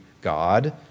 God